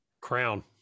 Crown